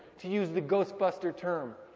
to use the ghostbuster term.